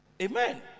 Amen